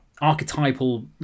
archetypal